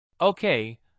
Okay